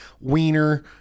wiener